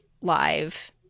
live